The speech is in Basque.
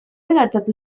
gertatu